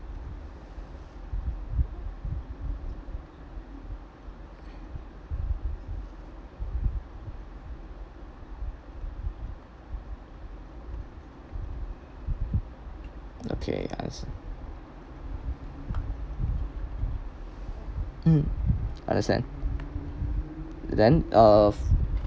okay mm understand then uh